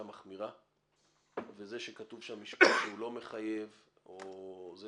מחמירה וזה שכתוב שם משפט שהוא לא מחייב או זה